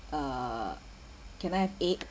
uh can I have eight